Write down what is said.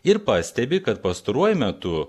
ir pastebi kad pastaruoju metu